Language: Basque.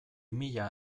mila